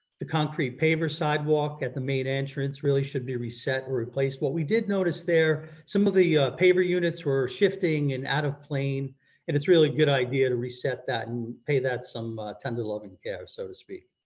the concrete paver sidewalk at the main entrance really should be reset of replaced. what we did notice there, some of the paver units were shifting and out of plane and it's really good idea to reset that and pay that some tender loving care so to speak.